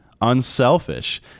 unselfish